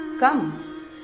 Come